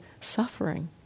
suffering